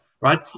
right